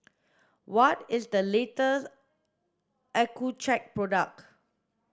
what is the latest Accucheck product